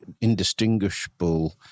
indistinguishable